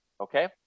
okay